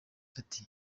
ati